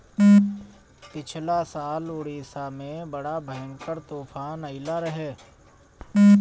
पिछला साल उड़ीसा में बड़ा भयंकर तूफान आईल रहे